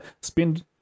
spend